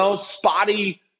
spotty